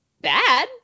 bad